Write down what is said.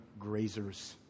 grazers